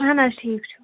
اہن حظ ٹھیٖک چھُ